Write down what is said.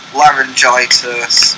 laryngitis